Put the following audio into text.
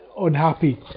unhappy